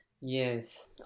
Yes